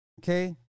Okay